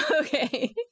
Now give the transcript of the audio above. Okay